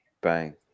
Bang